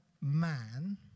man